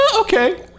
okay